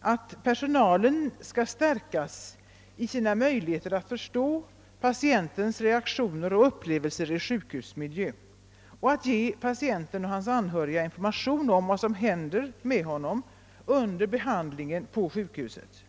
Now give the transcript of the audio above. att personalen skall stärkas i sina möjligheter att förstå patientens reaktioner och upplevelser i sjukhusmiljön och att ge patienten och hans anhöriga information om vad som hän der med honom under behandlingen på sjukhuset.